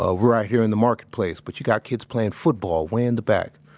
ah, we're right here in the marketplace, but you got kids playing football way in the back.